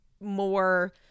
more